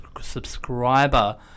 subscriber